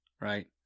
right